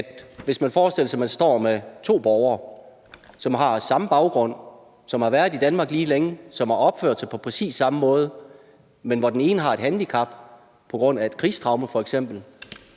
Hvis man forestiller sig, at man står med to borgere, som har samme baggrund, som har været i Danmark lige længe, og som har opført sig på præcis samme måde, men hvor den ene har et handicap på grund af f.eks. et krigstraume, og den